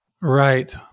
Right